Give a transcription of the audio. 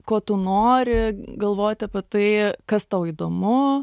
ko tu nori galvoti apie tai kas tau įdomu